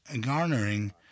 garnering